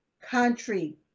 country